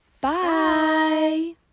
Bye